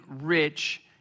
rich